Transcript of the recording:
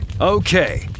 Okay